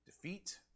defeat